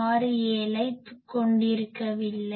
67 ஐ கொண்டிருக்கவில்லை